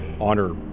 honor